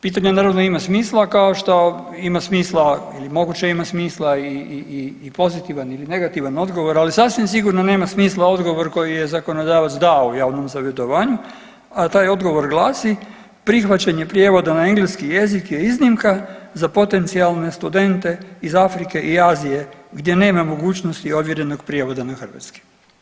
Pitanje naravno ima smisla kao što ima smisla ili moguće ima smisla i pozitivan ili negativan odgovor, ali sasvim sigurno nema smisla odgovor koji je zakonodavac dao u javnom savjetovanju, a taj odgovor glasi, prihvaćanje prijevoda na engleski jezik je iznimka za potencijalne studente iz Afrike i Azije gdje nema mogućnosti ovjerenog prijevoda na hrvatski.